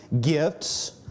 gifts